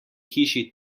hiši